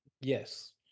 yes